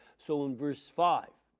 so in verse five,